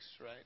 right